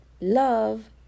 Love